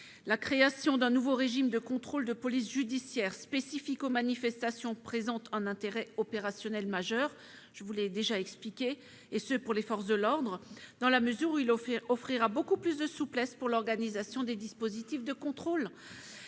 La création d'un nouveau régime de contrôles de police judiciaire spécifique aux manifestations présente un intérêt opérationnel majeur pour les forces de l'ordre, dans la mesure où il offrira beaucoup plus de souplesse pour l'organisation des dispositifs de contrôle.